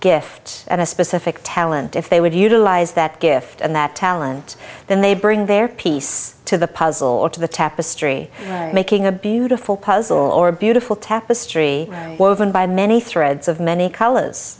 gift a specific talent if they would utilize that gift and that talent then they bring their piece to the puzzle or to the tapestry making a beautiful puzzle or a beautiful tapestry woven by many threads of many colors